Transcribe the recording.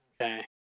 Okay